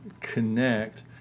connect